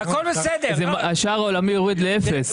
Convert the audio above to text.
השער העולמי יורד לאפס.